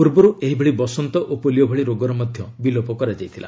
ପୂର୍ବରୁ ଏହିଭଳି ବସନ୍ତ ଓ ପୋଲିଓ ଭଳି ରୋଗର ମଧ୍ୟ ବିଲୋପ କରାଯାଇଥିଲା